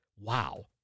Wow